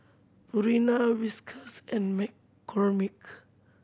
Purina Whiskas and McCormick